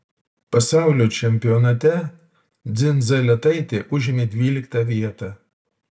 pasaulio čempionate dzindzaletaitė užėmė dvyliktą vietą